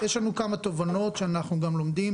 יש לנו כמה תובנות שאנחנו גם לומדים.